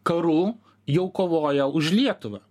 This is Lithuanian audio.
karų jau kovoja už lietuvą